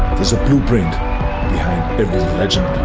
there's a blueprint behind every legend.